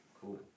Cool